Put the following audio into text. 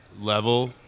level